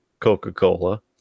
coca-cola